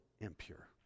impure